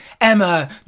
Emma